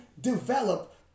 develop